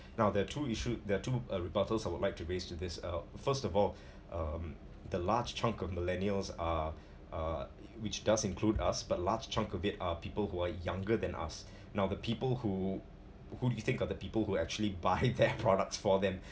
now there're two issue there’re two uh rebuttals I would like to raise to this uh first of all um the large chunk of millennials are uh which does include us but large chunk of it are people who are younger than us now the people who who do you think are the people who actually buy their products for them